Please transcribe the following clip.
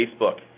Facebook